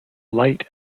light